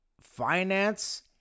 finance